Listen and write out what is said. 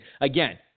again